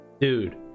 dude